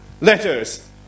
Letters